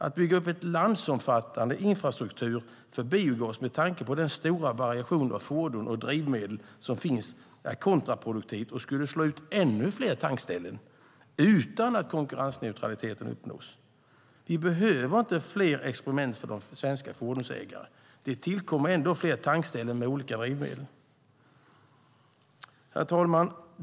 Att bygga upp en landsomfattande infrastruktur för biogas är, med tanke på den stora variation som finns när det gäller fordon och drivmedel, kontraproduktivt och skulle slå ut ännu fler tankställen utan att konkurrensneutraliteten uppnås. Vi behöver inte fler experiment för svenska fordonsägare; det tillkommer ändå fler tankställen med olika drivmedel.